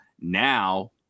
now